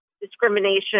discrimination